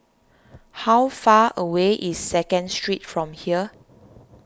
how far away is Second Street from here